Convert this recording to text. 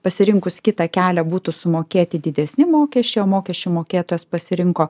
pasirinkus kitą kelią būtų sumokėti didesni mokesčiai o mokesčių mokėtojas pasirinko